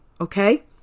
Okay